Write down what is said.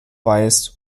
weiß